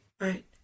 Right